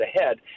ahead